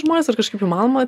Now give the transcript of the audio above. žmonės ar kažkaip įmanoma